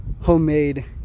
homemade